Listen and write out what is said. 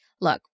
look